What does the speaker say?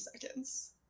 seconds